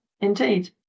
indeed